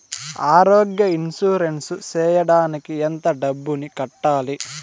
ఆరోగ్య ఇన్సూరెన్సు సేయడానికి ఎంత డబ్బుని కట్టాలి?